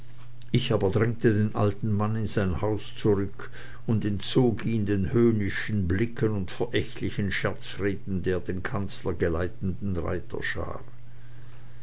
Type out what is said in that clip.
ich aber drängte den alten mann in sein haus zurück und entzog ihn den höhnenden blicken und verächtlichen scherzreden der den kanzler geleitenden reiterschar